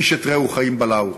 איש את רעהו חיים בלעו.